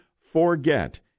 forget